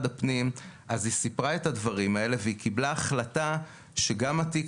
הפנים אז היא סיפרה את הדברים האלה והיא קיבלה החלטה שגם התיק